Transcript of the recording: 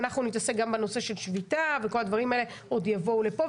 ואנחנו נתעסק גם בנושא של שביתה וכל הדברים האלה עוד יבואו לפה,